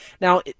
Now